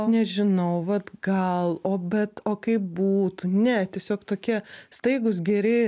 nežinau vat gal o bet o kaip būtų ne tiesiog tokie staigūs geri